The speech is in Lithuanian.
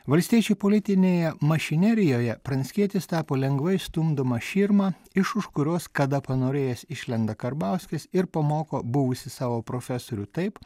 valstiečių politinėje mašinerijoje pranckietis tapo lengvai stumdoma širma iš už kurios kada panorėjęs išlenda karbauskis ir pamoko buvusį savo profesorių taip